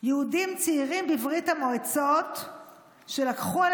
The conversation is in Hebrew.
יהודים צעירים בברית המועצות שלקחו על